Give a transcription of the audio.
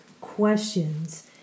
questions